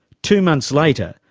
two months later,